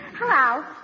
Hello